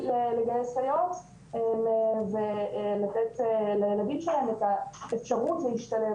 לגייס סייעות ולתת לילדים שלהם את האפשרות להשתלב